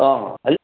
ꯑꯥ